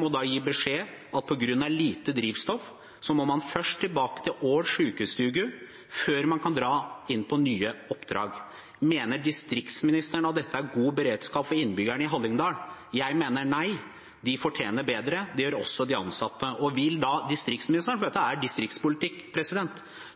må da gi beskjed om at på grunn av lite drivstoff må man først tilbake til Hallingdal sjukestugu på Ål før man kan dra på nye oppdrag. Mener distriktsministeren at dette er god beredskap for innbyggerne i Hallingdal? Jeg mener nei. De fortjener bedre. Det gjør også de ansatte. Vil distriktsministeren – for dette er distriktspolitikk –